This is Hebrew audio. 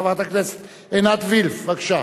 חברת הכנסת עינת וילף, בבקשה.